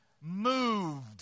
moved